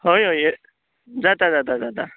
हय हय य जाता जाता जाता